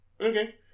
Okay